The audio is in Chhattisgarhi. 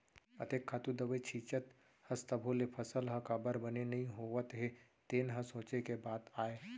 अतेक खातू दवई छींचत हस तभो ले फसल ह काबर बने नइ होवत हे तेन ह सोंचे के बात आय